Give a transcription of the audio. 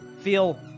feel